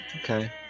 Okay